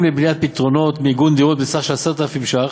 לבניית פתרונות מיגון דירות בסך 10,000 ש"ח,